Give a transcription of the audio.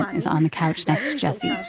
is on the couch next to jessie,